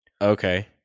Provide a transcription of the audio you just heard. Okay